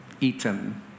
eaten